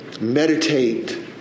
Meditate